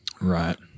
right